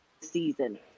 season